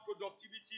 productivity